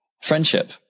friendship